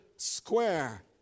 Square